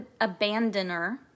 abandoner